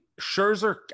Scherzer